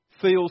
feels